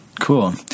Cool